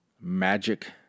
magic